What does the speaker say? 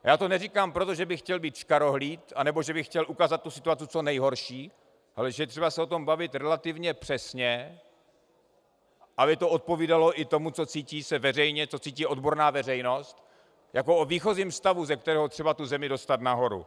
Já to neříkám proto, že bych chtěl být škarohlíd a nebo že bych chtěl ukázat tu situaci co nejhorší, ale že je třeba se o tom bavit relativně přesně, aby to odpovídalo i tomu, co se cítí se veřejně, co cítí odborná veřejnost, jako o výchozím stavu, ze kterého je třeba tu zemi dostat nahoru.